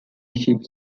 ships